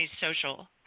social